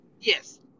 Yes